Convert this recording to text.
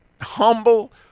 humble